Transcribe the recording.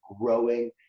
growing